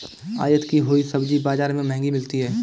आयत की हुई सब्जी बाजार में महंगी मिलती है